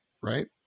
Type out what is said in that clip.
right